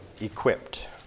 equipped